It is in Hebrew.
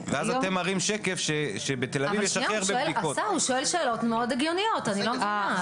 ואז אתם מראים שקף שבתל אביב יש הכי הרבה בדיקות.